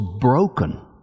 broken